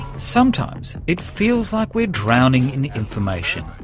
sometimes it feels like we're drowning in information.